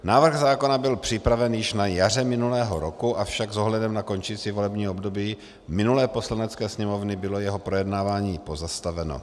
Návrh zákona byl připraven již na jaře minulého roku, avšak s ohledem na končící volební období minulé Poslanecké sněmovny bylo jeho projednávání pozastaveno.